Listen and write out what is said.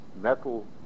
metal